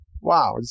wow